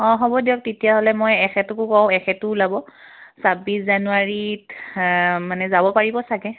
অঁ হ'ব দিয়ক তেতিয়াহ'লে মই এখেতকো কওঁ এখেতো ওলাব ছাব্বিছ জানুৱাৰীত মানে যাব পাৰিব চাগে